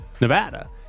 Nevada